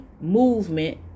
movement